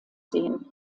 sehen